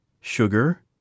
sugar